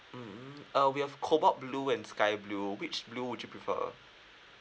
mm mm uh we have cobalt blue and sky blue which blue would you prefer